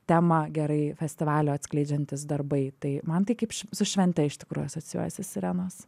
temą gerai festivalio atskleidžiantys darbai tai man tai kaip su švente iš tikrųjų asocijuojasi sirenos